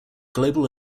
global